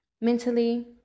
mentally